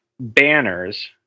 banners